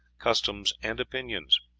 customs, and opinions.